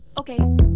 Okay